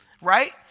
right